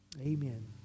Amen